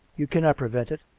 you cannot prevent it.